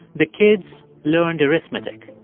the kids learned arithmetic.